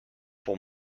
pour